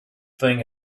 thing